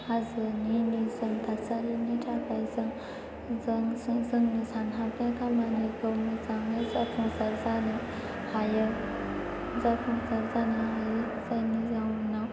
हाजोनि निजोम थासारिनि थाखाय जों जोंनि सानहाबनाय खामानिखौ मोजाङै जाफुंसार जाहोनो हायो जाफुंसार जानो हायो जायनि जाउनाव